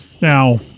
Now